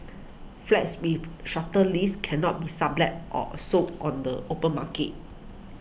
flats with shorter leases cannot be sublet or sold on the open market